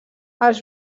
els